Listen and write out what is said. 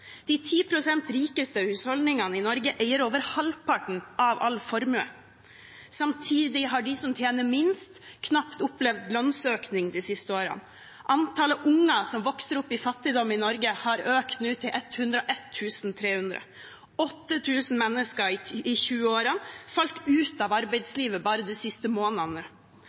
ti prosent rikeste husholdningene i Norge eier over halvparten av all formue, samtidig har de som tjener minst, knapt opplevd lønnsøkning de siste årene. Antallet unger som vokser opp i fattigdom i Norge, har økt til 101 300. 8 000 mennesker i 20-årene har falt ut av arbeidslivet bare de siste månedene.